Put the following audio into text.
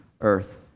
earth